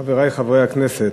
חברי חברי הכנסת,